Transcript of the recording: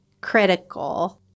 critical